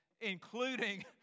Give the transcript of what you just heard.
including